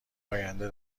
آینده